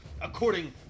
according